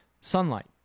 sunlight